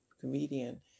comedian